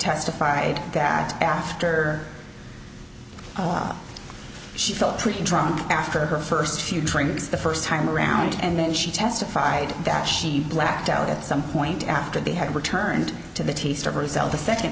testified that after she felt pretty drunk after her first few drinks the first time around and then she testified that she blacked out at some point after they had returned to the t